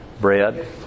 bread